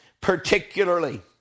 particularly